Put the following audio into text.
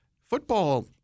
football